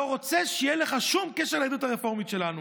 לא רוצה שיהיה לך שום קשר ליהדות הרפורמית שלנו.